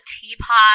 teapot